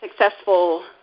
successful